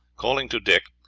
calling to dick,